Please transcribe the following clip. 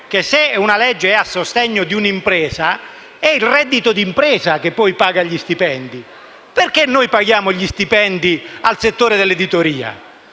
che se una legge è a sostegno di un'impresa, è il reddito di impresa che poi paga gli stipendi. Perché noi paghiamo gli stipendi al settore dell'editoria?